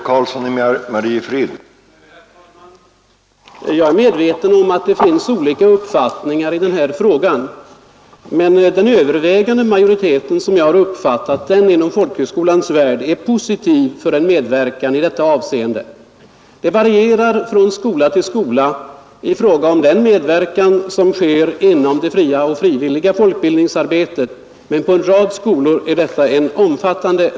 Herr talman! Jag är medveten om att det finns olika uppfattningar i den här frågan, men den övervägande majoriteten inom folkhögskolans värld är — såsom jag har uppfattat det — positivt inställd till en medverkan i detta avseende. Det varierar från skola till skola i fråga om den medverkan som sker inom det fria och frivilliga folkbildningsarbetet, men på en rad skolor är denna verksamhet omfattande.